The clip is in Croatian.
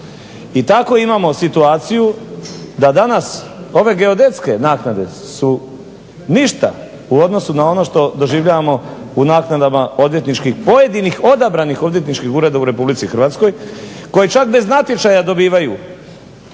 I tako imamo situaciju da danas ove geodetske naknade su ništa u odnosu na ono što doživljavamo u naknadama odvjetničkih, pojedinih odabranih odvjetničkih ureda u Republici Hrvatskoj koje čak bez natječaja dobivaju